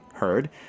heard